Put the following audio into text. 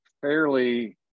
fairly